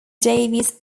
davies